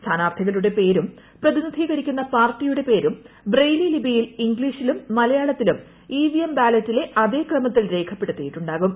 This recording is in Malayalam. സ്ഥാനാർഥികളുടെ പേരും പ്രതിനിധീകരിക്കുന്ന പാർട്ടിയുടെ പേരും ബ്രെയ്ലി ലിപിയിൽ ഇംഗ്ലീഷിലും മലയാളത്തിലും ഇവിഎം ബാലറ്റിലെ അതേ ക്രമത്തിൽ രേഖപ്പെടുത്തിയിട്ടുണ്ടാകും